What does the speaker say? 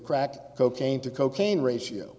crack cocaine to cocaine ratio